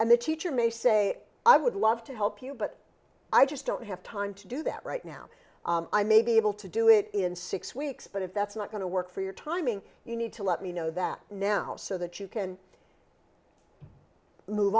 and the teacher may say i would love to help you but i just don't have time to do that right now i may be able to do it in six weeks but if that's not going to work for your timing you need to let me know that now so that you can move